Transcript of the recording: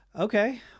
Okay